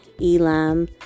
Elam